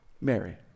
Mary